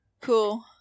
Cool